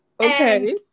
okay